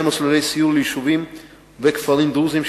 וכן מסלולי סיור ליישובים וכפרים דרוזיים,